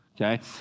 okay